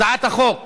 הצעת חוק